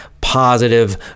positive